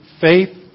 faith